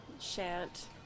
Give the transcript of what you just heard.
shan't